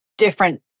different